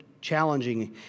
challenging